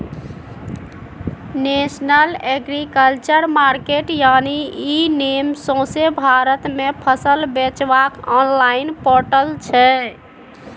national agriculture market यानी e NAM सौंसे भारत मे फसल बेचबाक आनलॉइन पोर्टल छै